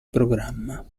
programma